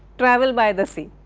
travel by the sea.